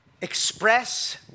express